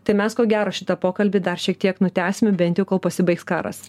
tai mes ko gero šitą pokalbį dar šiek tiek nutęsim bent jau kol pasibaigs karas